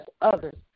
others